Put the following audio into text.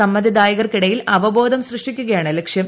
സമ്മതിദായകർക്കിടയിൽ അവബോധം സൃഷ്ടിക്കുകയാണ് ലക്ഷ്യം